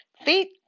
feet